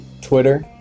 Twitter